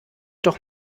doch